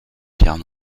pierres